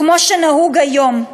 כמו שנהוג היום.